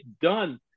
done